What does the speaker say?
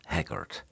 Haggard